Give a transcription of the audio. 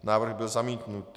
Návrh byl zamítnut.